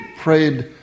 prayed